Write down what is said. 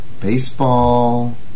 baseball